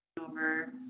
over